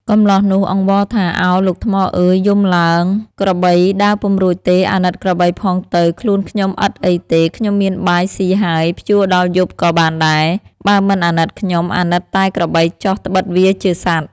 កម្លោះនោះអង្វរថា "ឱ! លោកថ្មអើយយំឡើង ក្របីដើរពុំរួចទេ អាណិតក្របីផងទៅ ខ្លួនខ្ញុំឥតអីទេ ខ្ញុំមានបាយស៊ីហើយ ភ្ជួរដល់យប់ក៏បានដែរ បើមិនអាណិតខ្ញុំអាណិតតែក្របីចុះត្បិតវាជាសត្វ"។